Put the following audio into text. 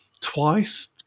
twice